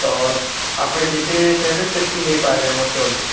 ତ ଆପଣ ଯେତେ ଚାହିଁବେ ସେତିକି ନେଇ ପାରିବେ ଆମର ଷ୍ଟଲରୁ